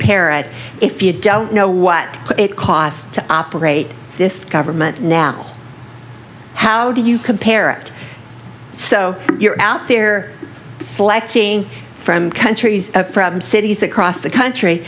parrot if you don't know what it costs to operate this government now how do you compare act so you're out there selecting from countries perhaps cities across the country